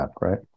right